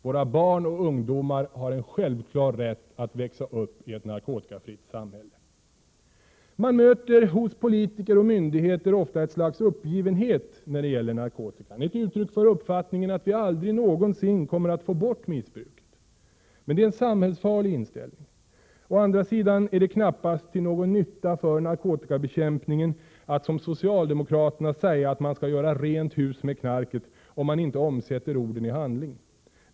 Våra barn och ungdomar har en självklar rätt att växa upp i ett narkotikafritt samhälle. Man möter hos politiker och myndigheter ofta ett slags uppgivenhet när det gäller narkotikan — ett uttryck för uppfattningen att vi aldrig någonsin kommer att få bort missbruket. Men det är en samhällsfarlig inställning. Å andra sidan är det knappast till någon nytta för narkotikabekämpningen att, som socialdemokraterna, säga att man skall göra ”rent hus med knarket” om man inte omsätter orden i handling.